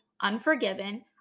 unforgiven